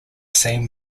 same